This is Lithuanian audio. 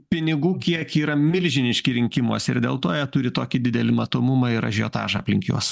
pinigų kiekiai yra milžiniški rinkimuose ir dėl to jie turi tokį didelį matomumą ir ažiotažą aplink juos